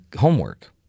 homework